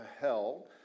hell